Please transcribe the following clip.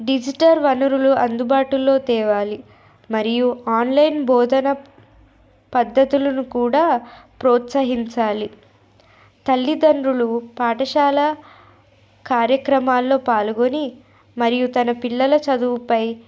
digital వనరులు అందుబాటులో తేవాలి మరియు ఆన్లైన్ బోధన పద్ధతులను కూడా ప్రోత్సహించాలి తల్లిదండ్రులు పాఠశాల కార్యక్రమాల్లో పాల్గొని మరియు తన పిల్లల చదువుపై